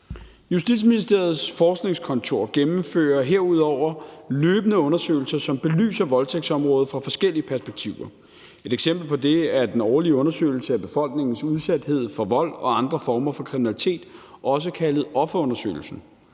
Justitsministeriets Forskningskontor gennemfører herudover løbende undersøgelser, som belyser voldtægtsområdet fra forskellige perspektiver. Et eksempel på det er den årlige undersøgelse af befolkningens udsathed for vold og andre former for kriminalitet, også kaldet offerundersøgelsen.